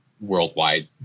worldwide